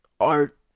art